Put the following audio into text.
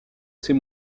ses